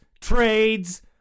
trades